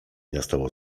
nastało